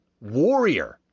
warrior